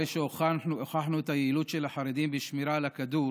אחרי שהוכחנו את היעילות של החרדים בשמירה על הכדור